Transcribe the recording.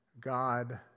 God